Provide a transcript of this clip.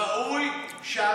ראויה.